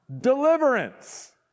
deliverance